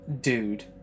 dude